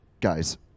guys